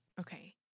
Okay